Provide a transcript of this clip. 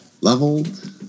leveled